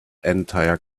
entire